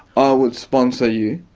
i will sponsor you,